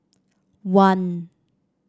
one